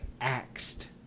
axed